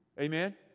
Amen